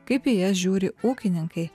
kaip į jas žiūri ūkininkai